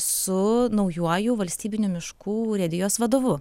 su naujuoju valstybinių miškų urėdijos vadovu